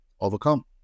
overcome